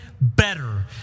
better